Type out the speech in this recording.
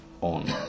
on